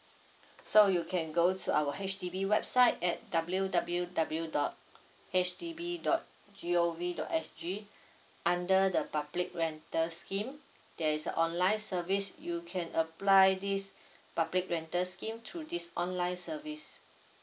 so you can go to our H_D_B website at W W W dot H D B dot G O V dot S G under the public rental scheme there is a online service you can apply this public rental scheme through this online service